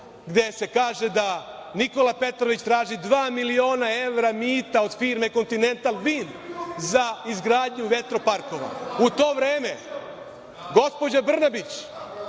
gde se kaže da Nikola Petrović traži dva miliona evra mita od firme19/3 BN/MP„Kontinental ving“ za izgradnju vetro-parkova. U to vreme je gospođa Brnabić,